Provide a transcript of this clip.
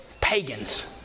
pagans